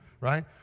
Right